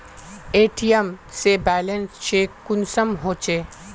ATM से balance check कुंसम होचे?